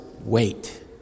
wait